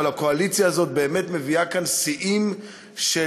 אבל הקואליציה הזאת באמת מביאה שיאים של